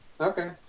Okay